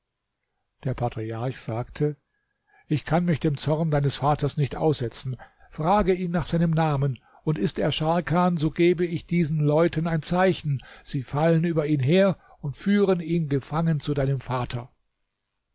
der patriarch sagte ich kann mich dem zorn deines vaters nicht aussetzen frage ihn nach seinem namen und ist er scharkan so gebe ich diesen leuten ein zeichen sie fallen über ihn her und führen ihn gefangen zu deinem vater